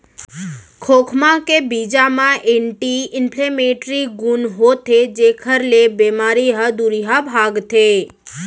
खोखमा के बीजा म एंटी इंफ्लेमेटरी गुन होथे जेकर ले बेमारी ह दुरिहा भागथे